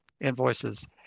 invoices